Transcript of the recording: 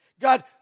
God